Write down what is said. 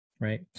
right